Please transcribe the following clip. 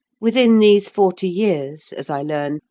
within these forty years, as i learn,